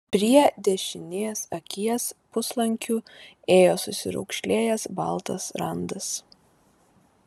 prie dešinės akies puslankiu ėjo susiraukšlėjęs baltas randas